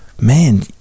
man